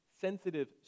sensitive